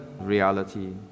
reality